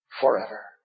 forever